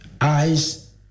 eyes